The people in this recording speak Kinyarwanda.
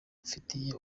mfitiye